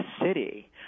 city